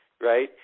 right